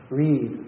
read